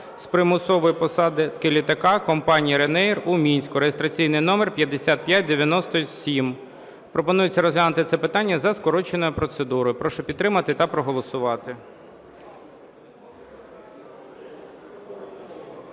з примусовою посадкою літака компанії Ryаnair у Мінську (реєстраційний номер 5597). Пропонується розглянути це питання за скороченою процедурою. Прошу підтримати та проголосувати.